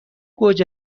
گوجه